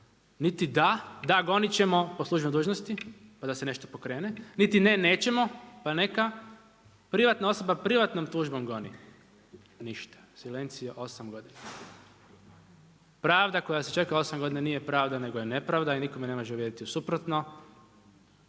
Niti da, da gonit ćemo po službenoj dužnosti, pa da se nešto pokrene niti ne, nećemo pa neka privatna osoba privatnom tužbom goni. Ništa. …/Govornik se ne razumije./… osam godina. Pravda koja se čeka osam godina nije pravda, nego je nepravda i nitko me ne može uvjeriti u suprotno.